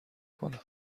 کنم